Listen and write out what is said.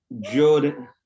Jordan